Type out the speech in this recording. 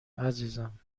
عزیزم